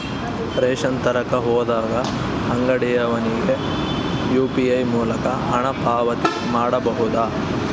Ration ತರಕ ಹೋದಾಗ ಅಂಗಡಿಯವನಿಗೆ ಯು.ಪಿ.ಐ ಮೂಲಕ ಹಣ ಪಾವತಿ ಮಾಡಬಹುದಾ?